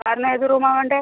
സാറിന് ഏത് റൂമാണ് വേണ്ടത്